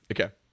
okay